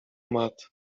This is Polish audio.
matt